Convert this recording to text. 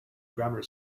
grammar